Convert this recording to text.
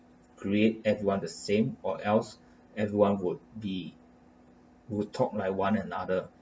create everyone the same or else everyone would be would talk like one another